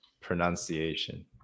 pronunciation